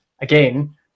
again